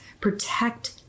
protect